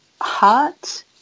heart